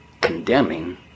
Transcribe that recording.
condemning